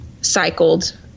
cycled